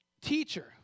Teacher